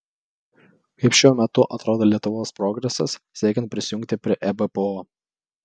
kaip šiuo metu atrodo lietuvos progresas siekiant prisijungti prie ebpo